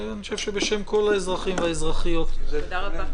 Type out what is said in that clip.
אני חושב שבשם כל האזרחים והאזרחיות -- תודה רבה.